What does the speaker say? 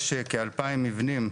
יש כ-2,000 מבנים,